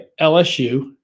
LSU